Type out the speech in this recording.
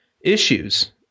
issues